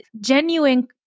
genuine